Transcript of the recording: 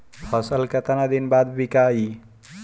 फसल केतना दिन बाद विकाई?